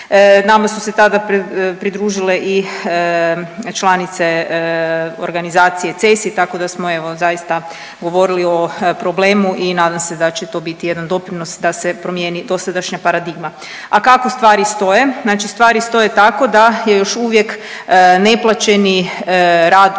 Nama su se tada pridružile i članice organizacije CESI tako da smo evo zaista govorili o problemu i nadam se da će to biti jedan doprinos da se promijeni dosadašnja paradigma. A kako stvari stoje? Znači stvari stoje tako da je još uvijek neplaćeni rad u kući